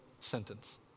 sentence